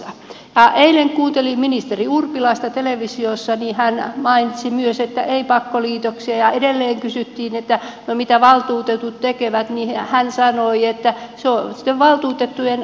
kun eilen kuuntelin ministeri urpilaista televisiossa niin hän mainitsi myös että ei pakkoliitoksia ja kun edelleen kysyttiin että no mitä valtuutetut tekevät niin hän sanoi että se on sitten valtuutettujen asia